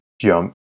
jump